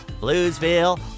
Bluesville